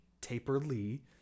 Taper-Lee